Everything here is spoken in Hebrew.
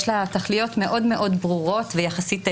יש לה תכליות מאוד מאוד ברורות ואפשר לומר יחסית שטחיות.